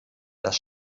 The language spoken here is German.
das